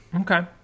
okay